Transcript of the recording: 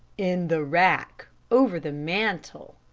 in the rack over the mantel,